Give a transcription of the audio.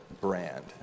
brand